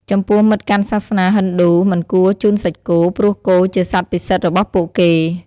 ចំពោះមិត្តកាន់សាសនាហិណ្ឌូ មិនគួរជូនសាច់គោ ព្រោះគោជាសត្វពិសិដ្ឋរបស់ពួកគេ។